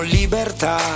libertà